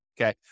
okay